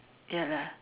ya lah